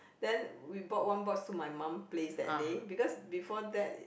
then we bought one box to my mum place that day because before that